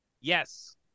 Yes